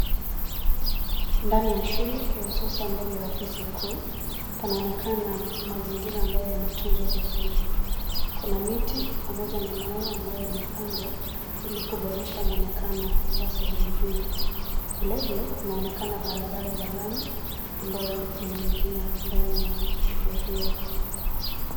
Ndani ya shule kihususa mbele ya ofisi kuu, panaonekana mazingira ambayo yametunzwa vizuri, kuna miti, pamoja na maua ambayo yamepandwa, ilikuboresha mwonekano, wa sehemu hii, vile vile kunaonekana barabara ya lami, ambayo inaingia ndani ya, shule hio.